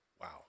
wow